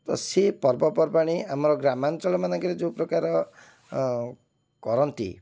ତ ସେଇ ପର୍ବପର୍ବାଣି ଆମର ଗ୍ରାମାଞ୍ଚଳମାନଙ୍କରେ ଯେଉଁପ୍ରକାର କରନ୍ତି